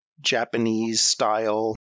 Japanese-style